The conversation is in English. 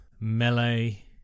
melee